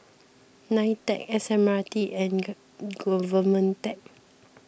Nitec S M R T and Government Tech